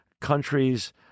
countries